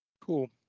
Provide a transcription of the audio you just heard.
Cool